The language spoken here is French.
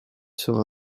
sera